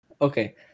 Okay